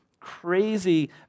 crazy